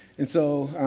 and so